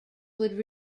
would